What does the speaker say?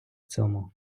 цьому